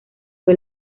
fue